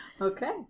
Okay